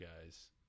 guys